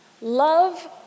love